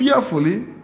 fearfully